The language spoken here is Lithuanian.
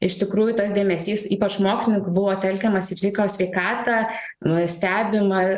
iš tikrųjų tas dėmesys ypač mokslininkų buvo telkiamas į psichikos sveikatą nustebino